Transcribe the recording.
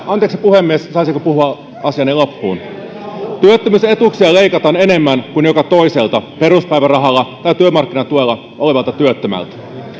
anteeksi puhemies saisinko puhua asiani loppuun leikataan enemmän kuin joka toiselta peruspäivärahalla tai työmarkkinatuella olevalta työttömältä